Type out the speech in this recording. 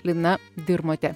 lina dirmotė